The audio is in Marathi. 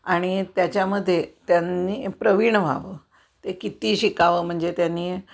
आणि त्याच्यामध्ये त्यांनी प्रवीण व्हावं ते किती शिकावं म्हणजे त्यांनी